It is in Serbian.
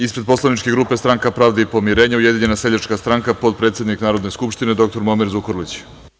Ispred poslaničke grupe Stranka pravde i pomirenja - Ujedinjena seljačka stranka, potpredsednik Narodne skupštine doktor Momir Zukorlić.